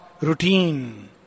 routine